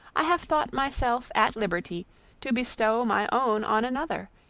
i have thought myself at liberty to bestow my own on another,